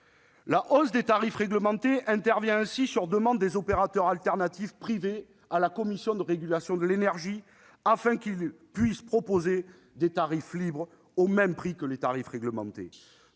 La hausse des tarifs réglementés intervient ainsi sur demande des opérateurs alternatifs privés à la CRE, afin qu'ils puissent proposer des tarifs libres au même prix que les tarifs réglementés.